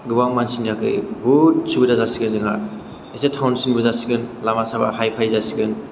गोबां मानसिनि थाखै बहुद सुबिदा जासिगोन जोंहा इसे थाउनसिनबो जासिगोन लामा सामा हाइ फाइ जासिगोन